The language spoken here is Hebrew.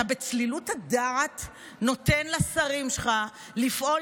אתה בצלילות הדעת נותן לשרים שלך לפעול